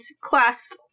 class